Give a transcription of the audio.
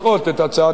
תודה רבה.